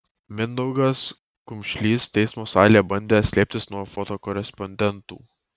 mindaugas kumšlys teismo salėje bandė slėptis nuo fotokorespondentų